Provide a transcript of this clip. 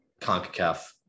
CONCACAF